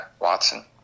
Watson